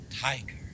tiger